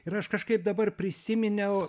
ir aš kažkaip dabar prisiminiau